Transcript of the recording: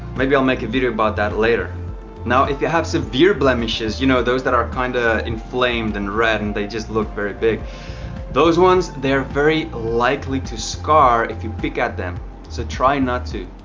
maybe i'll make a video about that later now if you have severe blemishes you know those that are kind of inflamed and red and they just look very big those ones they're very likely to scar if you pick at them so try not to.